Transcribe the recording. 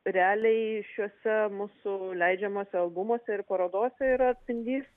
realiai šiuose mūsų leidžiamuose albumuose ir parodose yra atspindys